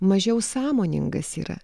mažiau sąmoningas yra